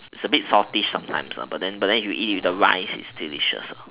it's a bit salty sometimes but you eat with the rice is just nice